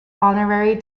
honorary